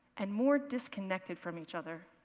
and more disconnected from each other.